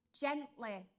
gently